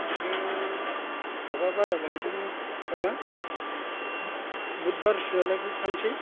बेखौ माबा बाराया लागै थांनांगोन ओह बुधबार सोहालागै थांनोसै